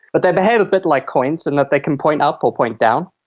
but they behave a bit like coins in that they can point up or point down.